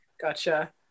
Gotcha